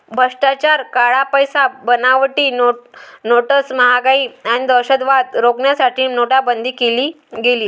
भ्रष्टाचार, काळा पैसा, बनावटी नोट्स, महागाई आणि दहशतवाद रोखण्यासाठी नोटाबंदी केली गेली